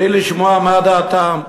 בלי לשמוע מה דעתם.